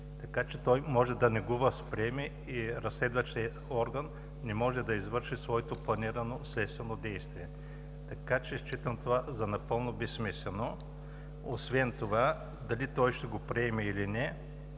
Така че той може да не го възприеме и разследващият орган не може да извърши своето планирано следствено действие и го считам за напълно безсмислено. Освен това, дали той ще го приеме, или не,